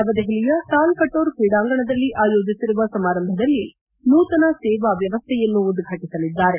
ನವದೆಪಲಿಯ ತಾಲ್ಕಟೋರ ಕ್ರೀಡಾಂಗಣದಲ್ಲಿ ಆಯೋಜಿಸಿರುವ ಸಮಾರಂಭದಲ್ಲಿ ನೂತನ ಸೇವಾ ವ್ವವಸ್ಥೆಯನ್ನು ಉದ್ಘಾಟಿಸಲಿದ್ದಾರೆ